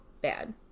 bad